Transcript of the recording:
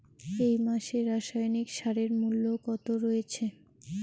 এই মাসে রাসায়নিক সারের মূল্য কত রয়েছে?